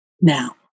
now